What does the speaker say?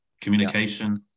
Communication